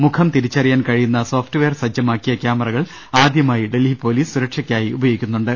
മുഖം തിരിച്ചറിയാൻ കഴിയുന്ന സോഫ്റ്റ്വെയർ സജ്ജ മാക്കിയ കൃാമറകൾ ആദ്യമായി ഡൽഹി പൊലീസ് സുരക്ഷ ക്കായി ഉപയോഗിക്കുന്നുണ്ട്